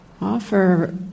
offer